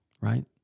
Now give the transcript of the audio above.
right